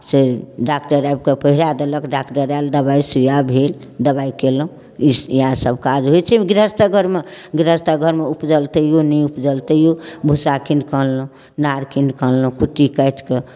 से doctor आबि कऽ पहिरा देलक डाक्टर आयल दवाइ सुइया भेल दवाइ कयलहुँ इस् इएहसभ काज होइ छै गृहस्थक घरमे गृहस्थक घरमे उपजल तैओ नहि उपजल तैओ भुस्सा कीनि कऽ अनलहुँ नाड़ कीनि कऽ अनलहुँ कुट्टी काटि कऽ